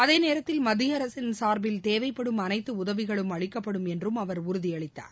அதேநேரத்தில் மத்தியஅரசின் சார்பில் தேவைப்படும் அனைத்தஉதவிகளும் அளிக்கப்படும் என்றும் அவர் உறுதியளித்தார்